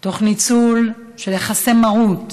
תוך ניצול של יחסי מרות,